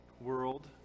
world